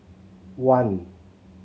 one